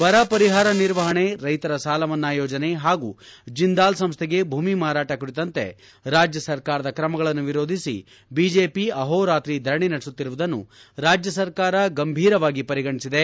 ಬರ ಪರಿಹಾರ ನಿರ್ವಹಣೆ ರೈತರ ಸಾಲಮನ್ನಾ ಯೋಜನೆ ಹಾಗೂ ಜಿಂದಾಲ್ ಸಂಸೈಗೆ ಭೂಮಿ ಮಾರಾಟ ಕುರಿತಂತೆ ರಾಜ್ಜ ಸರ್ಕಾರದ ಕ್ರಮಗಳನ್ನು ವಿರೋಧಿಸಿ ಬಿಜೆಪಿ ಅಹೋರಾತ್ರಿ ಧರಣಿ ನಡೆಸುತ್ತಿರುವುದನ್ನು ರಾಜ್ಜ ಸರ್ಕಾರ ಗಂಭೀರವಾಗಿ ಪರಿಗಣಿಸಿದೆ